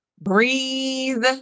breathe